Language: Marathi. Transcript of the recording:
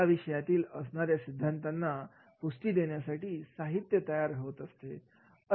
या विषयातील असणाऱ्या सिद्धांतांना पुष्टी करण्यासाठी साहित्य तयार होत असते